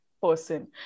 person